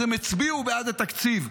אז הם הצביעו בעד התקציב.